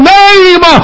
name